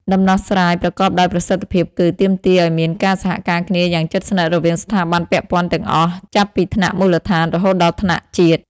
ដំណោះស្រាយប្រកបដោយប្រសិទ្ធភាពគឺ ទាមទារឱ្យមានការសហការគ្នាយ៉ាងជិតស្និទ្ធរវាងស្ថាប័នពាក់ព័ន្ធទាំងអស់ ចាប់ពីថ្នាក់មូលដ្ឋានរហូតដល់ថ្នាក់ជាតិ។